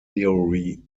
theory